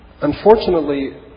Unfortunately